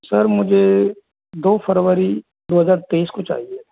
sir मुझे दो फरवरी दो हजार तेइस को चाहिए